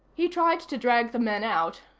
he tried to drag the men out,